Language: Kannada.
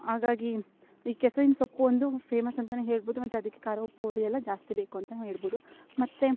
ಹಾಗಾಗಿ ಈ ಕೆಸವಿನಸೊಪ್ಪು ಒಂದು ಫೇಮಸ್ ಅಂತ ಹೇಳ್ಬೌದು ಮತ್ತು ಅದಕ್ಕೆ ಖಾರ ಉಪ್ಪು ಹುಳಿಯೆಲ್ಲ ಜಾಸ್ತಿಬೇಕು ಅಂತ ನಾವು ಹೇಳ್ಬೌದು ಮತ್ತು